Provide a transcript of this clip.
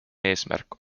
eesmärk